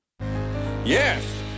yes